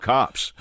Cops